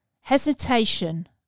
hesitation